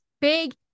big